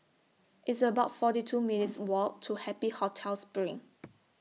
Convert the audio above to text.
It's about forty two minutes' Walk to Happy Hotel SPRING